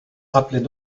rappelait